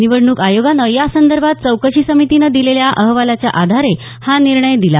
निवडणूक आयोगानं यासंदर्भात चौकशी समितीने दिलेल्या अहवालाच्या आधारे हा निर्णय दिला